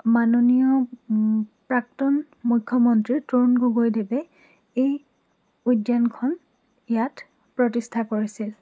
মাননীয় প্ৰাক্তন মুখ্যমন্ত্ৰী তৰুণ গগৈদেৱে এই উদ্যানখন ইয়াত প্ৰতিষ্ঠা কৰিছিল